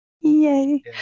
Yay